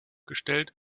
gestellt